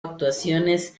actuaciones